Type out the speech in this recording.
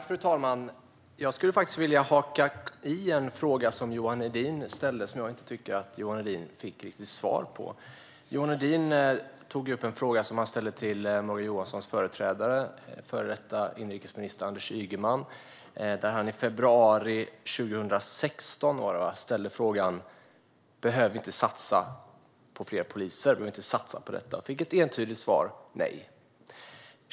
Fru talman! Jag skulle vilja haka i en fråga som Johan Hedin ställde, som jag tycker att han inte riktigt fick svar på. Johan Hedin tog upp en fråga som han ställde till Morgan Johanssons företrädare, före detta inrikesministern Anders Ygeman. I februari 2016 ställde han frågan om vi inte behöver satsa på fler poliser och fick ett entydigt svar - nej!